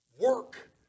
work